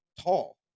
tall